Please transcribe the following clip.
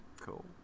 cool